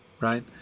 right